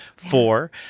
four